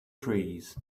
trees